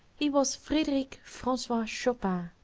he was frederic francois chopin,